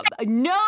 No